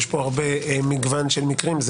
יש פה הרבה מגוון של מקרים.